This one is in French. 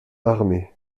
armé